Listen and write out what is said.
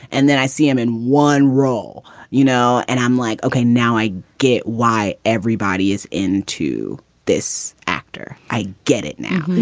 and then i see him in one role. you know, and i'm like, okay, now i get why everybody is in to this actor i get it now.